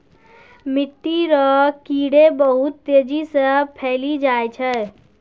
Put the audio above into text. मिट्टी रो कीड़े बहुत तेजी से फैली जाय छै